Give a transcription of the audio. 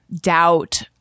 doubt